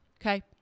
Okay